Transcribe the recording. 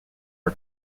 are